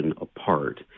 apart